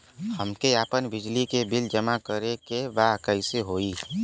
हमके आपन बिजली के बिल जमा करे के बा कैसे होई?